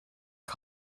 her